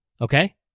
Okay